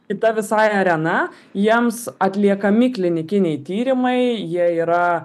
kita visai arena jiems atliekami klinikiniai tyrimai jie yra